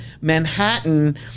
Manhattan